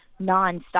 nonstop